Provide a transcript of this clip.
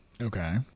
Okay